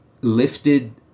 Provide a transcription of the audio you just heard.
lifted